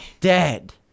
dead